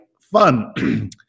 fun